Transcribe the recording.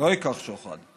לא ייקח שוחד.